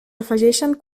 afegeixen